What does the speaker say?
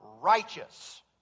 righteous